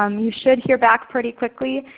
um you should hear back pretty quickly.